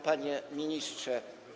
Panie Ministrze!